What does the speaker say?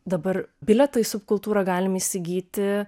dabar bilietą į subkultūrą galim įsigyti